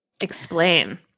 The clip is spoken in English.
Explain